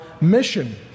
mission